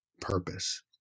purpose